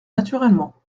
naturellement